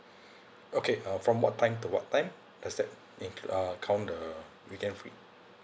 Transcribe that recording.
okay uh from what time to what time exact uh count the weekend free